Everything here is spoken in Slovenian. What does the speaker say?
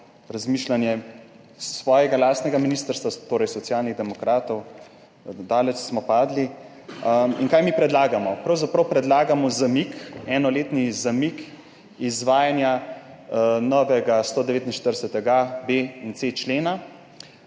razmišljanje svojega lastnega ministrstva, torej Socialnih demokratov. Daleč smo padli. Kaj mi predlagamo? Pravzaprav predlagamo zamik, enoletni zamik izvajanja novih 149.a, 149.b in